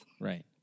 Right